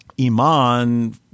Iman